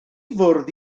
fwrdd